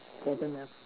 bottom left